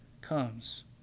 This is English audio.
comes